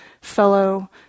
fellow